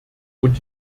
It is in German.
und